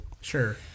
Sure